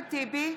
אחמד טיבי,